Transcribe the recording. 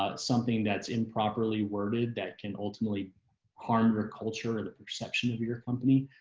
ah something that's improperly worded that can ultimately corner culture, the perception of your company.